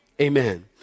Amen